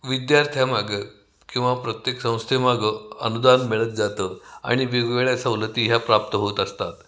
विद्यार्थ्यामागं किंवा प्रत्येक संस्थेमागं अनुदान मिळत जातं आणि वेगवेगळ्या सवलती ह्या प्राप्त होत असतात